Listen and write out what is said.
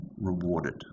rewarded